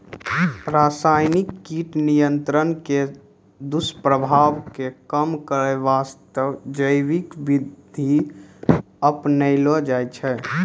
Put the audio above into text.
रासायनिक कीट नियंत्रण के दुस्प्रभाव कॅ कम करै वास्तॅ जैविक विधि अपनैलो जाय छै